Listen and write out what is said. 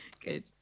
good